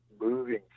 moving